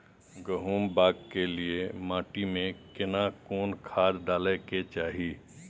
गहुम बाग के लिये माटी मे केना कोन खाद डालै के चाही?